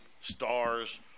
stars